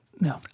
No